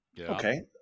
Okay